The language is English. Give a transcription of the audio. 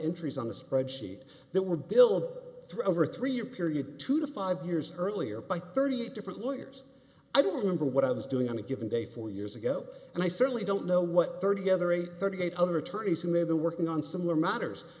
entries on a spreadsheet that were built through over a three year period two to five years earlier by thirty eight different lawyers i don't remember what i was doing on a given day four years ago and i certainly don't know what thirty gathering thirty eight other attorneys who may be working on similar matters